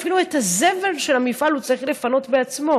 אפילו את הזבל של המפעל הוא צריך לפנות בעצמו.